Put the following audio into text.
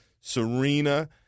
Serena